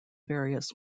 various